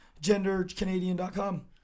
gendercanadian.com